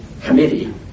committee